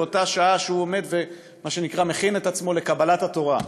באותה שעה שהוא עומד ומכין את עצמו לקבלת התורה,